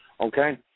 Okay